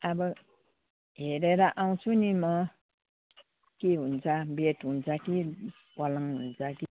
अब हेरेर आउँछु नि म के हुन्छ बेड हुन्छ कि पलङ हुन्छ कि